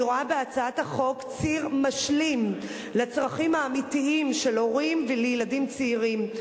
אני רואה בהצעת החוק ציר משלים לצרכים האמיתיים של הורים וילדים צעירים.